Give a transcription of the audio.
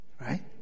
Right